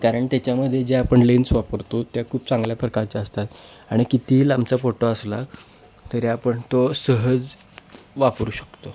कारण त्याच्यामध्ये जे आपण लेन्स वापरतो त्या खूप चांगल्या प्रकारच्या असतात आणि कितीही लांबचा फोटो असला तरी आपण तो सहज वापरू शकतो